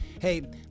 hey